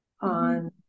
on